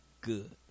good